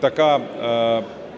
така,